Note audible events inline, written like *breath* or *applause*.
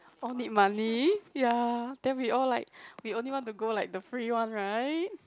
all need money ya then we all like *breath* we only want to go like the free one right